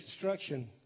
construction